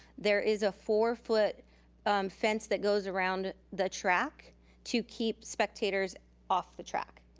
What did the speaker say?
there is a four-foot fence that goes around the track to keep spectators off the track.